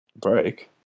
break